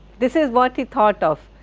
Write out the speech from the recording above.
this is what he thought of.